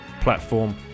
platform